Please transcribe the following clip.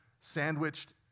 sandwiched